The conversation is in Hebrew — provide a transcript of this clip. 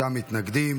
מתנגדים.